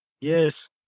Yes